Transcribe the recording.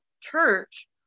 church